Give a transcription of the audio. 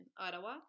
Ottawa